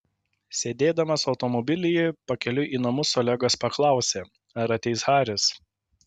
sėdėdamas automobilyje pakeliui į namus olegas paklausė ar ateis haris